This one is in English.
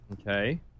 okay